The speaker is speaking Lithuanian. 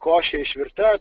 košė išvirta